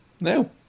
no